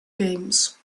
games